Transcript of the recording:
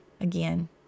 again